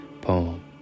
poem